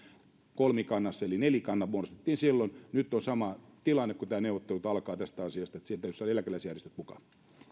kolmikannassa olivat eläkejärjestöt mukana eli nelikanta muodostettiin silloin nyt on sama tilanne kun nämä neuvottelut alkavat tästä asiasta eli sinne täytyisi saada eläkeläisjärjestöt mukaan